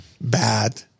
bad